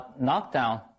knockdown